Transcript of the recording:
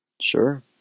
Sure